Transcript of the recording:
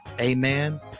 amen